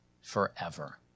forever